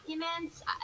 documents